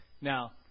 Now